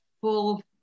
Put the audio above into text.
full